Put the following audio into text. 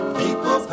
people